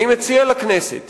אני מציע לכנסת